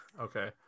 Okay